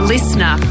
Listener